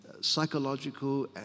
psychological